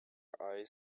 eyes